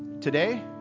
today